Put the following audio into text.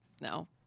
No